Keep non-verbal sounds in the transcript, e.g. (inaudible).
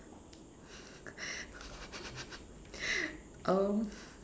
(laughs) um